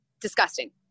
Disgusting